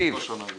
עולים